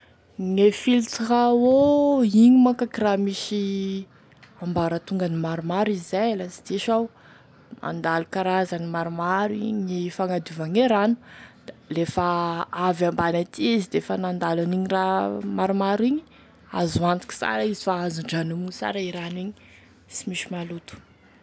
Gne filtre à eau, igny manko akoraha misy ambaratongany maromaro izay laha sy diso iaho, mandalo karazany maromaro igny e fagnadiovagne rano da lefa avy ambany aty izy da efa nandalo an'igny raha maromaro igny izy azo antoky sara izy fa azo indranomigny sara e rano igny sy misy malotoloto.